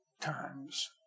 times